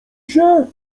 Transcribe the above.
się